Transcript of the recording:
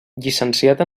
llicenciat